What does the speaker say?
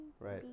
Right